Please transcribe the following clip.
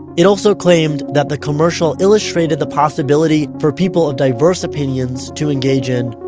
it also claimed that the commercial illustrated the possibility for people of diverse opinions to engage in,